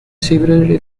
severely